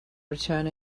return